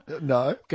No